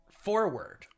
forward